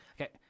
Okay